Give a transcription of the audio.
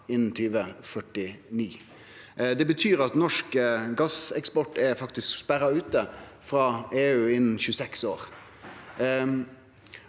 innan 2049. Det betyr at norsk gasseksport faktisk er sperra ute frå EU innan 26 år.